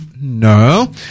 no